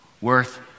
Worth